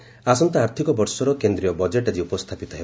budget ଆସନ୍ତା ଆର୍ଥକ ବର୍ଷର କେନ୍ଦ୍ରୀୟ ବଜେଟ୍ ଆଜି ଉପସ୍ଥାପିତ ହେବ